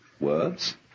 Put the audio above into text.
words